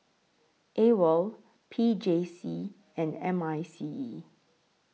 AWOL P J C and M I C E